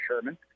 Sherman